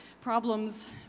problems